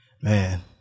Man